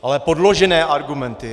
Ale podložené argumenty!